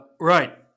Right